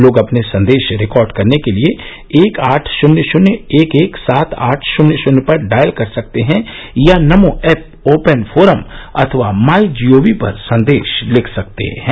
लोग अपने संदेश रिकॉर्ड करने के लिए एक आठ शून्य शून्य एक एक सात आठ शून्य शून्य पर डॉयल कर सकते हैं या नमो ऐप ओपन फोरम अथवा माई जी ओ वी पर संदेश लिख सकते हैं